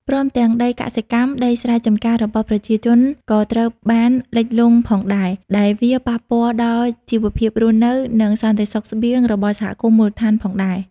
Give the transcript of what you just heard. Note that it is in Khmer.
ព្រមទាំង ដីកសិកម្ម ដីស្រែចម្ការរបស់ប្រជាជនក៏ត្រូវបានលិចលង់ផងដែរ ដែលវាប៉ះពាល់ដល់ជីវភាពរស់នៅ និងសន្តិសុខស្បៀងរបស់សហគមន៍មូលដ្ឋានផងដែរ។